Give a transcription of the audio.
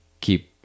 keep